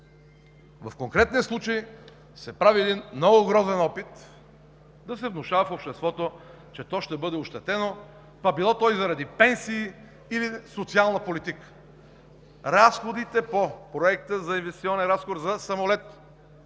в конкретния случай се прави един много грозен опит да се внушава в обществото, че то ще бъде ощетено, та било то и заради пенсии или социална политика. Разходите по Проекта за инвестиционен разход за самолет